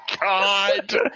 god